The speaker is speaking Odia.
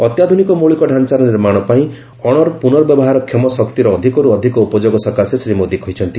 ଅତ୍ୟାଧୁନିକ ମୌଳିକ ଡାଞ୍ଚାର ନିର୍ମାଣ ପାଇଁ ଅଣପୁନର୍ବ୍ୟବହାରକ୍ଷମ ଶକ୍ତିର ଅଧିକରୁ ଅଧିକ ଉପଯୋଗ ସକାଶେ ଶ୍ରୀ ମୋଦି କହିଛନ୍ତି